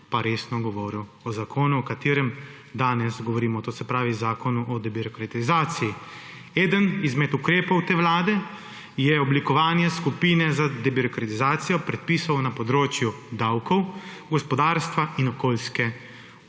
pa resno govoril o zakonu, o katerem danes govorimo, to se pravi zakonu o debirokratizaciji. Eden izmed ukrepov te vlade je oblikovanje skupine za debirokratizacijo predpisov na področju davkov, gospodarstva in okoljske ureditve.